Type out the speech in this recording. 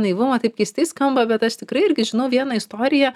naivumą taip keistai skamba bet aš tikrai irgi žinau vieną istoriją